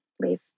leave